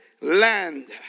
land